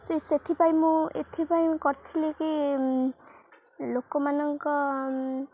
ସେ ସେଥିପାଇଁ ମୁଁ ଏଥିପାଇଁ କରିଥିଲି କି ଲୋକମାନଙ୍କ